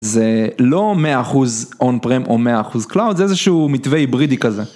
זה לא 100% on-prem או 100% cloud, זה איזשהו מתווה היברידי כזה.